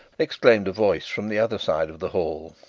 exclaimed a voice from the other side of the hall.